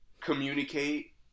communicate